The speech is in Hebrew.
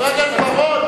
חבר הכנסת בר-און,